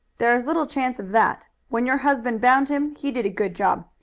there is little chance of that. when your husband bound him he did a good job.